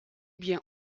bien